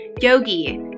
yogi